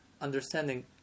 understanding